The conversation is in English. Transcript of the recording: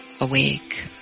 awake